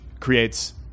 creates